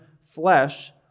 flesh